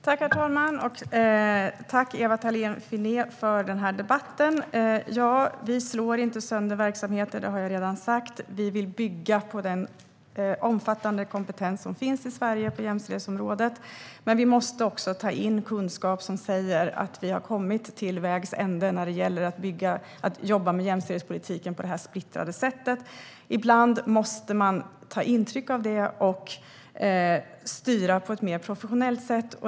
Herr talman! Tack, Ewa Thalén Finné, för debatten. Vi slår inte sönder verksamheter. Det har jag redan sagt. Vi vill bygga på den omfattande kompetens som finns i Sverige på jämställdhetsområdet. Men vi måste också ta in kunskap som säger att vi har kommit till vägs ände när det gäller att jobba med jämställdhetspolitiken på detta splittrade sätt. Ibland måste man ta intryck av det och styra på ett mer professionellt sätt.